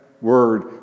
word